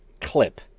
clip